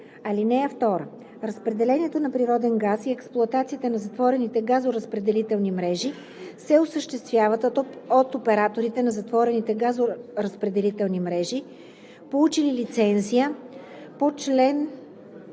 ал. 2: „(2) Разпределението на природен газ и експлоатацията на затворените газоразпределителни мрежи се осъществяват от операторите на затворени газоразпределителни мрежи, получили лицензия по чл.